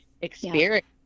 experience